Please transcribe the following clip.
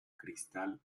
cristal